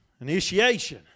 Initiation